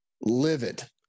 livid